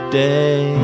day